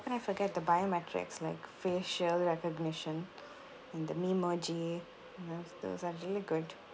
how can I forget the biometrics like facial recognition and the memoji what else those are really good